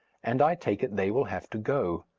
and i take it they will have to go.